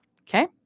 Okay